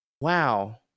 wow